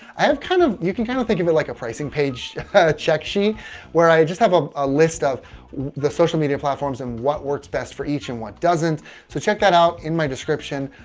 i have kind of you can kind of think of it like a pricing page checksheet where i have ah a list of the social media platforms and what works best for each and what doesn't so check that out in my description.